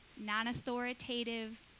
non-authoritative